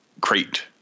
Crate